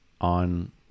on